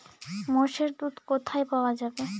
মোষের দুধ কোথায় পাওয়া যাবে?